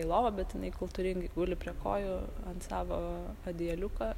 į lovą bet jinai kultūringai guli prie kojų ant savo adijeliuko